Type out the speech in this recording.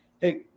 Hey